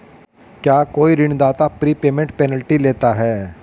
क्या कोई ऋणदाता प्रीपेमेंट पेनल्टी लेता है?